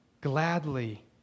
gladly